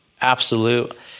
absolute